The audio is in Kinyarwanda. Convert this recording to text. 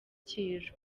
cy’ijwi